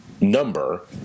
number